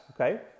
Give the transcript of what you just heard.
okay